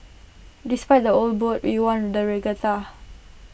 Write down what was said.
despite the old boat we won the regatta